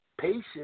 patient